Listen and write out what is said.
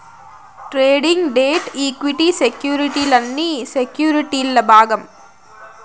trading, debt, equity సెక్యుర్టీలన్నీ సెక్యుర్టీల్ల భాగం